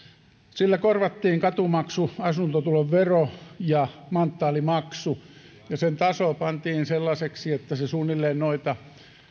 sillä korvattiin katumaksu asuntotulovero ja manttaalimaksu ja sen taso pantiin sellaiseksi että se suunnilleen noita